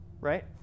right